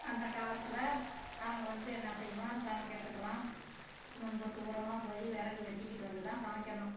அந்த காலத்தில் நாங்கள் வந்து என்ன செய்வோம் சமைக்கிறதுக்குலாம் ரொம்ப தூரமாக போய் விறகு வெட்டிக்கிட்டு வந்து தான் சமைக்கணும்